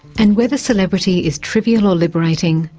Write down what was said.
and whether celebrity is trivial or liberating,